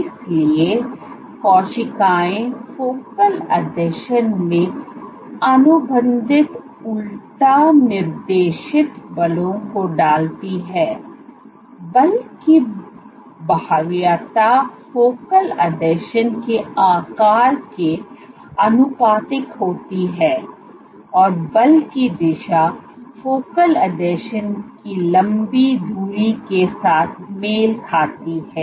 इसलिए कोशिकाएं फोकल आसंजन में अनुबंधित उलटा निर्देशित बलों को डालती हैं बल की भयावहता फोकल आसंजन के आकार के आनुपातिक होती है और बल की दिशा फोकल आसंजन की लंबी धुरी के साथ मेल खाती है